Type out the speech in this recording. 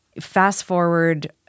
fast-forward